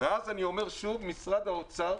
ואז אני אומר, שוב, משרד האוצר